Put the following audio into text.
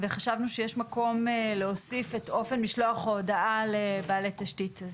וחשבנו שיש מקום להוסיף את אופן משלוח ההודעה לבעלי תשתית.